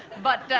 but,